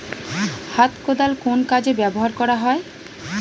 হাত কোদাল কোন কাজে ব্যবহার করা হয়?